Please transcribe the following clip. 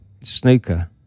snooker